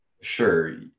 sure